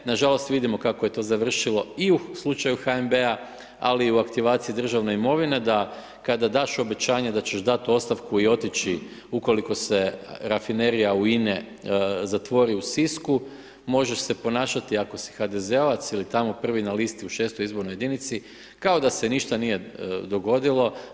Na žalost vidimo kako je to završilo i u slučaju HNB-a, ali i u aktivaciji državne imovine da kada daš obećanje da ćeš dati ostavku i otići ukoliko se rafinerija INA-e zatvori u Sisku možeš se ponašati ako si HDZ-ovac ili tamo prvi na listi u 6. izbornoj jedinici kao da se ništa nije dogodilo.